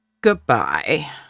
goodbye